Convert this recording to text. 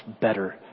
better